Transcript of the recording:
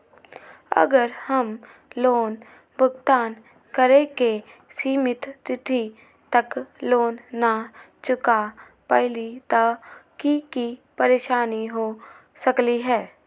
अगर हम लोन भुगतान करे के सिमित तिथि तक लोन न चुका पईली त की की परेशानी हो सकलई ह?